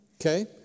Okay